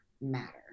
matter